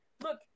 Look